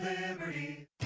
liberty